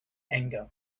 anger